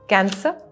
Cancer